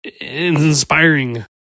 inspiring